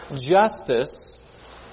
Justice